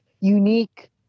unique